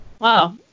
wow